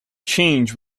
change